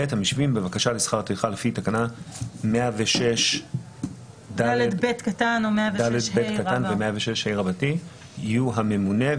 המשיבים בבקשה לשכר טרחה לפי תקנה 106ד(ב) ו-106ה יהיו הממונה,